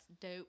dope